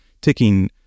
ticking